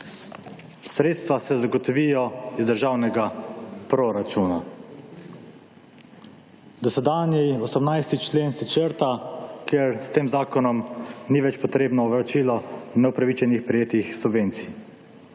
Sredstva se zagotovijo iz državnega proračuna. Dosedanji, 18. člen, se črta, ker s tem zakonom ni več potrebno vračilo neopravičenih prejetih subvencij.